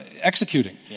executing